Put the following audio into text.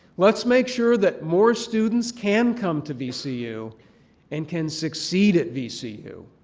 let's make sure that more students can come to vcu and can succeed at vcu.